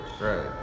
Right